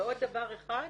ועוד דבר אחד,